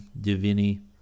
divini